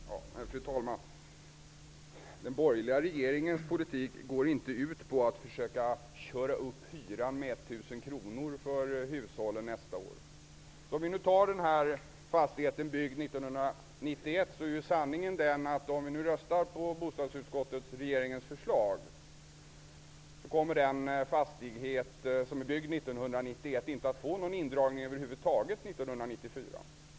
Fru talman! Den borgerliga regeringens politik går inte ut på att försöka köra upp hyran med 1 000 kr för hushållen nästa år. Om vi röstar igenom bostadsutskottets och regeringens förslag kommer den fastighet som är byggd 1991 över huvud taget inte att drabbas av någon indragning 1994.